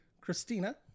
Christina